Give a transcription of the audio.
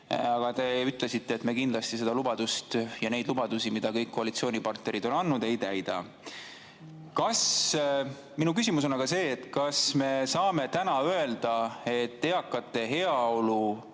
Aga te ütlesite, et me kindlasti seda lubadust ja neid lubadusi, mida kõik koalitsioonipartnerid on andnud, ei täida. Mu küsimus on aga see, et kas me saame täna öelda, et eakate heaolu